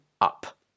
up